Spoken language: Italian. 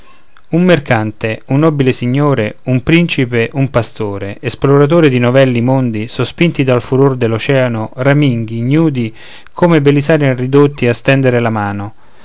un mercatante un nobile signore un principe un pastore esploratori di novelli mondi sospinti dal furor dell'oceàno raminghi ignudi come belisario eran ridotti a stendere la mano